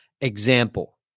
example